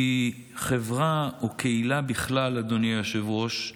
כי בחברה ובקהילה בכלל, אדוני היושב-ראש,